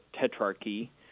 Tetrarchy